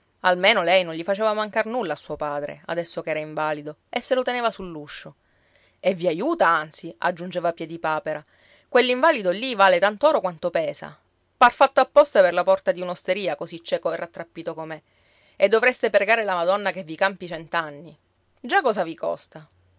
almeno lei non gli faceva mancar nulla a suo padre adesso che era invalido e se lo teneva sull'uscio e vi aiuta anzi aggiungeva piedipapera quell'invalido lì vale tant'oro quanto pesa par fatto apposta per la porta di un'osteria così cieco e rattrappito com'è e dovreste pregare la madonna che vi campi cent'anni già cosa vi costa